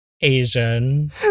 Asian